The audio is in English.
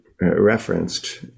referenced